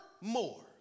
more